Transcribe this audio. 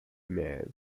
mead